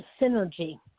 synergy